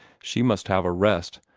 she must have a rest.